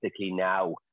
now